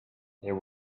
there